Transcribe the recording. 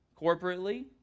corporately